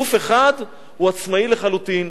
גוף אחד הוא עצמאי לחלוטין,